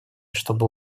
чтобы